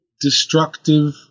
destructive